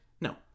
No